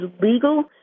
legal